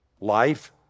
life